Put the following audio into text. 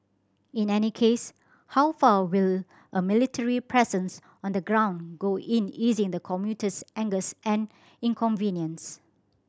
in any case how far will a military presence on the ground go in easing the commuter's angst and inconvenience